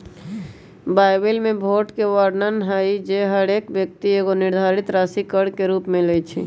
Bible में भोट के वर्णन हइ जे हरेक व्यक्ति एगो निर्धारित राशि कर के रूप में लेँइ छइ